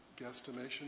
guesstimation